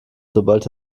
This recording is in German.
sobald